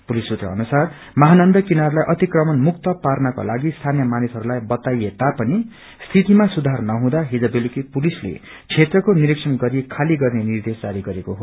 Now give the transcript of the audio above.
police सुत्र अनुसार महानन्द किनारलाई अतिकमण मुक्त पार्नकोलागि स्थानीय मानिसहरूलाई बताइए तापनि स्थितिमा सुधार नहुँदा हिज बेलुकी पुलिसले क्षेत्रको निरीक्षण गरी खालि गर्ने निर्देश जारी गरेको हो